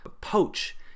poach